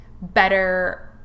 better